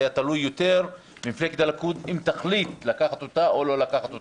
היה תלוי יותר אם מפלגת הליכוד תחליט לקחת אותה או לא לקחת אותה,